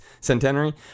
centenary